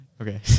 Okay